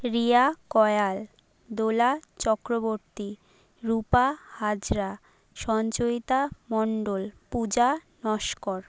Riya Koyal Dola Chakraborty Rupa Hazra Sanchayita Mondal Puja Naskar